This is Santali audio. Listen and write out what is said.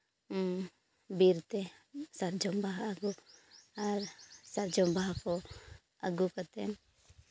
ᱵᱤᱨᱛᱮ ᱥᱟᱨᱡᱚᱢ ᱵᱟᱦᱟ ᱟᱹᱜᱩ ᱟᱨ ᱥᱟᱨᱡᱚᱢ ᱵᱟᱦᱟ ᱠᱚ ᱟᱹᱜᱩ ᱠᱟᱛᱮᱫ